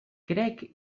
crec